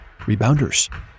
rebounders